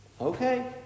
Okay